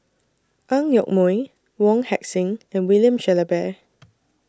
Ang Yoke Mooi Wong Heck Sing and William Shellabear